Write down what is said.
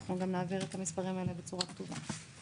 גם נעביר את המספרים האלה בצורה כתובה.